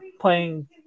playing